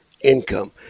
income